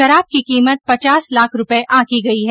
शराब की कीमत पचास लाख रूपए आंकी गयी है